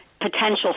potential